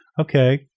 okay